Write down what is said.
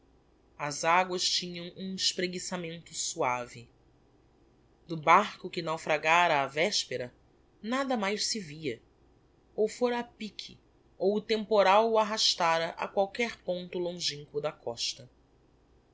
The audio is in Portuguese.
as aguas tinham um espreguiçamento suave do barco que naufragara á vespera nada mais se via ou fôra a pique ou o temporal o arrastara a qualquer ponto longinquo da costa